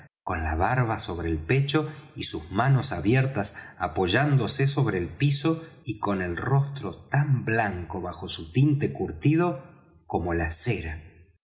con la barba sobre el pecho y sus manos abiertas apoyándose sobre el piso y con el rostro tan blanco bajo su tinte curtido como la cera